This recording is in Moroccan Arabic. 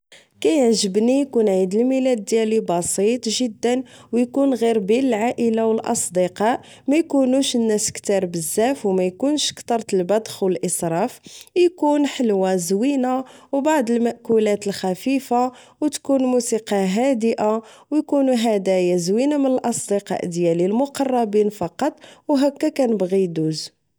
كيعجبني إيكون عيد الميلاد ديالي بسيط جدا ويكون غير ببن العائلة أو الأصدقاء ميكونوش الناس كثار بزاف أو ميكونش كترة البدخ أو الإصراف إيكون حلوة زوينة أو بعض المأكولات الخفيفة أو تكون موسيقى هادئة ويكونو هدايا زوينة من الأصدقاء ديالي المقربين فقط أو هكا كنبغي إيدوز